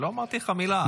לא אמרתי לך מילה.